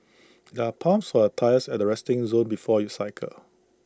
there are pumps for A tyres at resting zone before you cycle